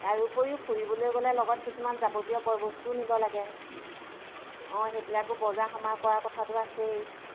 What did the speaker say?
তাৰ উপৰিও ফুৰিবলৈ গ'লে লগত কিছুমান যাৱতীয় বয় বস্তুও নিব লাগে অঁ সেইবিলাকো বজাৰ সমাৰ কৰা কথাটো আছেই